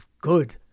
good